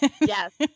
yes